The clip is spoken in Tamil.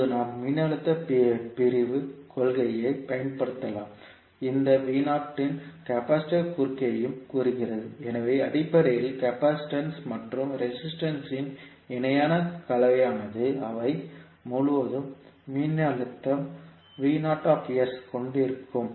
இப்போது நாம் மின்னழுத்த பிரிவுக் கொள்கையைப் பயன்படுத்தலாம் இந்த மின்தேக்கத்தின் குறுக்கேயும் கூறுகிறது எனவே அடிப்படையில் கெபாசிஸ்டன்ட்ஸ் மற்றும் ரேசிஸ்டன்ட்ஸ் இன் இணையான கலவையானது அவை முழுவதும் மின்னழுத்த கொண்டிருக்கும்